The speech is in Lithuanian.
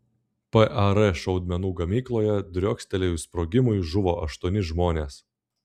par šaudmenų gamykloje driokstelėjus sprogimui žuvo aštuoni žmonės